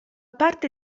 parte